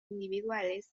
individuales